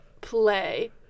play